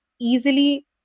easily